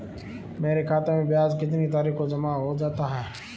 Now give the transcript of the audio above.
मेरे खाते में ब्याज कितनी तारीख को जमा हो जाता है?